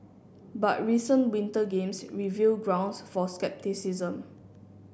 but recent Winter Games reveal grounds for scepticism